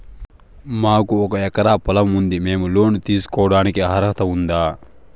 మాకు ఒక ఎకరా పొలం ఉంది మేము లోను తీసుకోడానికి అర్హత ఉందా